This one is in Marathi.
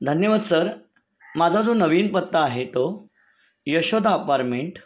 धन्यवाद सर माझा जो नवीन पत्ता आहे तो यशोदा अपारमेंट